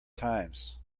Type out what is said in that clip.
times